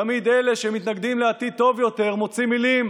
תמיד אלה שמתנגדים לעתיד טוב יותר מוצאים מילים